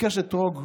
ביקש אתרוג,